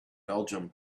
belgium